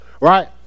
right